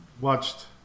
watched